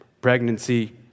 pregnancy